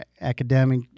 academic